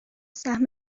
سهم